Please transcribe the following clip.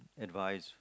advise